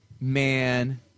man